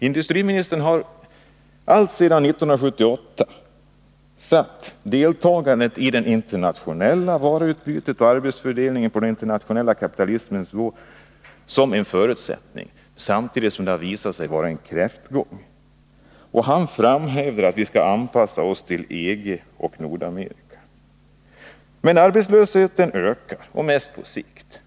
Industriministern har alltsedan 1978 sett att deltagandet i det internationella varuutbytet och arbetsfördelningen på den internationella kapitalismens villkor innebär fortsatt kräftgång. Han framhärdar i att vi skall anpassa oss till EG och Nordamerika. Men arbetslösheten ökar, mest på sikt.